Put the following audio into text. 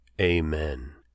Amen